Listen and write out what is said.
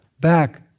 back